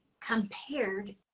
compared